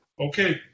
Okay